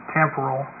temporal